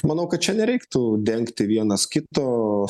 manau kad čia nereiktų dengti vienas